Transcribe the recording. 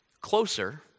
Closer